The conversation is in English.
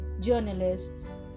journalists